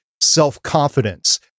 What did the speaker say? self-confidence